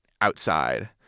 outside